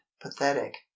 pathetic